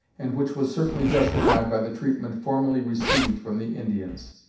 and which was certainly justified by the treatment formerly received from the indians.